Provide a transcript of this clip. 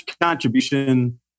contribution